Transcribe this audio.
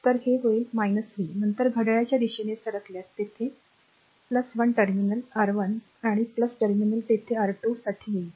तर हे होईल v नंतर घड्याळाच्या दिशेने सरकल्यास येथे 1 टर्मिनल r1 आणि टर्मिनल येथे r 2 साठी येईल